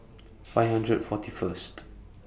five hundred forty First